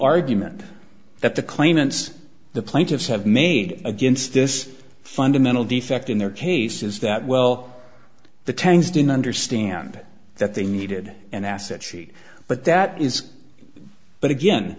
argument that the claimants the plaintiffs have made against this fundamental defect in their case is that well the tangs didn't understand that they needed an asset sheet but that is but again